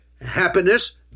Happiness